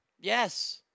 Yes